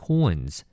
Coins